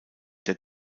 der